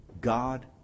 God